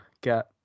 get